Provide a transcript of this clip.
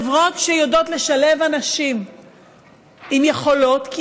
חברות שיודעות לשלב אנשים עם יכולות,